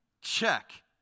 Check